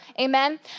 Amen